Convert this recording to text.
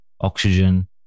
oxygen